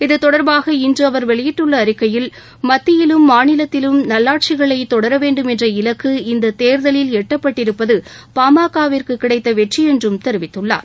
இது தொடர்பாக இன்று அவர் வெளியிட்டுள்ள அறிக்கையில் மத்தியிலும் மாநிலத்திலும் நல்லாட்சிகளை தொடர வேண்டும் என்ற இலக்கு இந்த தேர்தலில் எட்டப்பட்டிருப்பது பாமக க்கு கிடைத்த வெற்றி என்றும் தெரிவித்துள்ளார்